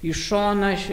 į šoną aš